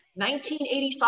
1985